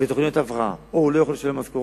בתוכניות הבראה או שהוא לא יכול לשלם משכורות,